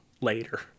later